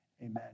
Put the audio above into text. amen